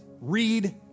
read